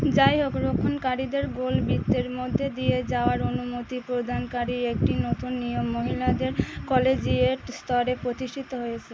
যাই হোক রক্ষণকারীদের গোল বৃত্তের মধ্যে দিয়ে যাওয়ার অনুমতি প্রদানকারী একটি নতুন নিয়ম মহিলাদের কলেজিয়েট স্তরে প্রতিষ্ঠিত হয়েসে